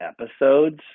episodes